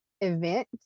event